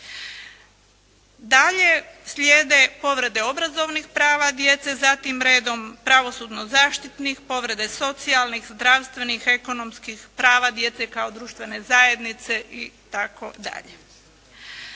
Dalje slijede povrede obrazovnih prava djece, zatim redom pravosudno-zaštitnih povreda, socijalnih, zdravstvenih, ekonomskih, prava djece kao društvene zajednice itd.